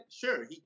Sure